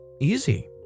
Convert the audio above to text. Easy